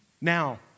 Now